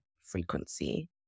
frequency